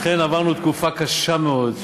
אכן עברנו תקופה קשה מאוד,